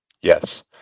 Yes